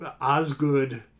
Osgood